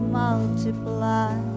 multiply